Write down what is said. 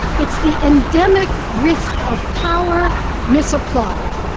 it's the endemic risk of power misapplied.